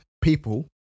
people